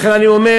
לכן אני אומר,